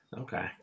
Okay